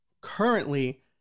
currently